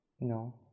No